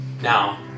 Now